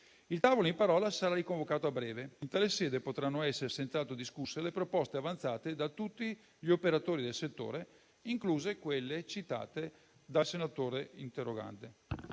Il tavolo in parola sarà riconvocato a breve. In tale sede potranno essere senz'altro discusse le proposte avanzate da tutti gli operatori del settore, incluse quelle citate dal senatore interrogante.